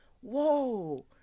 whoa